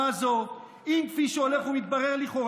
גם לי קורה שאני מפספס.